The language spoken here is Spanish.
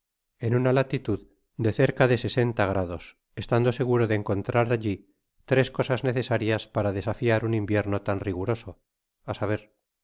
en una latitud de cerca de sesenta grados estahdo seguro de encontrar alli tres cosas necesarias para desafiar un invierno tan rigoroso á saber